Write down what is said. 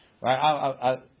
right